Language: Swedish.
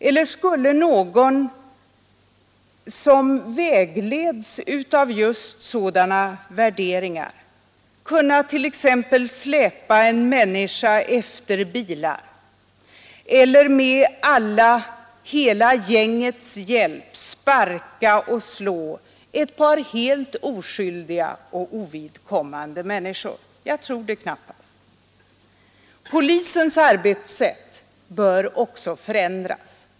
Eller vore det möjligt att någon som vägleds av just sådana värderingar t.ex. skulle kunna släpa en människa efter sin bil eller med hjälp av alla i ett gäng kunna sparka och slå helt oskyldiga människor? Jag tror det knappast. Polisens arbetssätt bör också förändras.